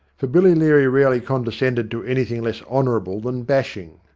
for billy leary rarely condescended to any thing less honourable than bashing,